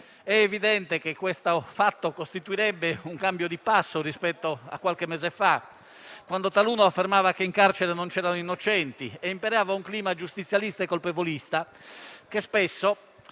È evidente che ciò costituirebbe un cambio di passo, rispetto a qualche mese fa, quando taluno affermava che in carcere non c'erano innocenti e imperava un clima giustizialista e colpevolista, che spesso